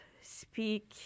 speak